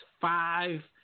five